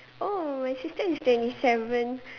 oh my sister is twenty seven